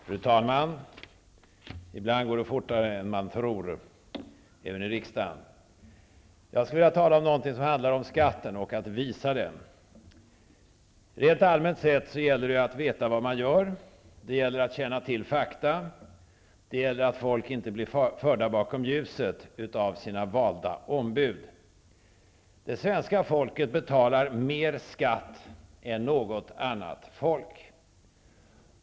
Fru talman! Jag skulle vilja tala om skatten och betydelsen av att den visas. Rent allmänt sett gäller det att veta vad man gör, att känna till fakta och att se till att folk inte blir förda bakom ljuset av sina valda ombud. Det svenska folket betalar mer skatt än något annat folk.